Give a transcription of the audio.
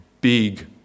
big